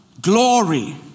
glory